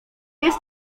jest